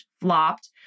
Flopped